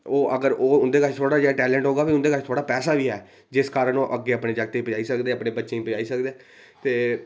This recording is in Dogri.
ओह् अगर उं'दे कश थोह्डा जेहा टैलेंट होग उं'दे कश थोह्ड़ा पैसा बी ऐ जिस कारण ओह् अग्गें ओह् अपने जागतें गी अपने बच्चें गी पजाई सकदे ते